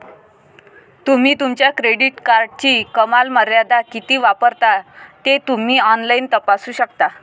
तुम्ही तुमच्या क्रेडिट कार्डची कमाल मर्यादा किती वापरता ते तुम्ही ऑनलाइन तपासू शकता